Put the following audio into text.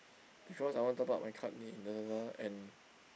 because I want top up my card need Lazada and